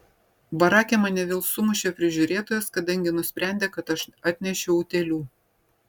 barake mane vėl sumušė prižiūrėtojas kadangi nusprendė kad aš atnešiau utėlių